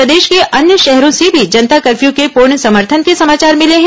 प्रदेश के अन्य शहरों से भी जनता कर्फ्यू के पूर्ण समर्थन के समाचार मिले हैं